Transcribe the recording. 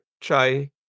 Chai